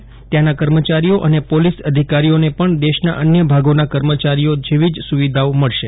ત્યાંના પ્રધાનમંત્રીએ કર્મચારીઓ અને પોલીસ અધિકારીઓને પણ દેશના અન્ય ભાગોના કર્મચારીઓ જેવી જ સુવિધા મળશે